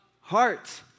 heart